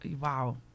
Wow